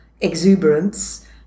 exuberance